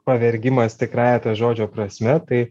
pavergimas tikrąja to žodžio prasme tai